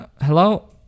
hello